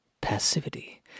passivity